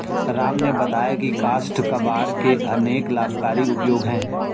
राम ने बताया की काष्ठ कबाड़ के अनेक लाभकारी उपयोग हैं